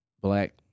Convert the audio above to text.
black